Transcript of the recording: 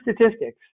statistics